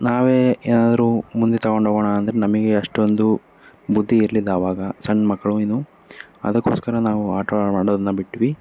ನಾವೇ ಏನಾದರೂ ಮುಂದೆ ತಗೊಂಡೋಗೋಣ ಅಂದರೆ ನಮಗೆ ಅಷ್ಟೊಂದು ಬುದ್ಧಿ ಇರಲಿಲ್ಲ ಆವಾಗ ಸಣ್ಣ ಮಕ್ಕಳು ಇನ್ನೂ ಅದಕ್ಕೋಸ್ಕರ ನಾವು ಆಟವಾಡೋದನ್ನ ಬಿಟ್ವಿ